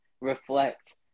reflect